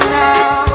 now